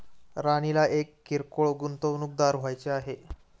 राणीला एक किरकोळ गुंतवणूकदार व्हायचे आहे